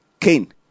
Cain